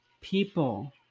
people